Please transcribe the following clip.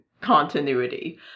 continuity